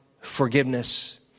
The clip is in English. forgiveness